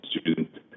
students